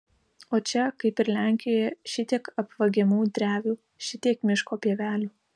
o čia kaip ir lenkijoje šitiek apvagiamų drevių šitiek miško pievelių